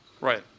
Right